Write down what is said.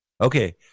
Okay